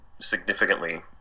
significantly